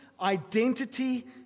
identity